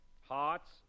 hearts